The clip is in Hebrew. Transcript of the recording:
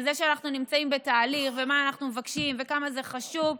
על זה שאנחנו נמצאים בתהליך ומה אנחנו מבקשים וכמה זה חשוב,